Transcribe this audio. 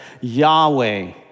Yahweh